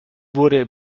wurde